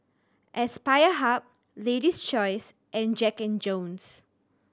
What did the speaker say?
Aspire Hub Lady's Choice and Jack and Jones